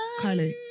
Kylie